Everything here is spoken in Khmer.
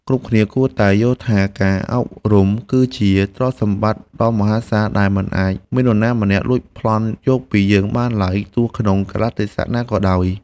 គ្រប់គ្នាគួរតែយល់ថាការអប់រំ គឺជាទ្រព្យសម្បត្តិដ៏មហាសាលដែលមិនអាចមាននរណាម្នាក់លួចប្លន់យកពីយើងបានឡើយទោះក្នុងកាលៈទេសៈណាក៏ដោយ។